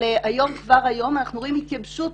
אבל כבר היום אנחנו רואים התייבשות